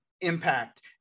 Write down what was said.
impact